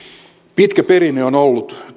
pitkä perinne on ollut